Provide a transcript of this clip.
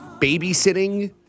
babysitting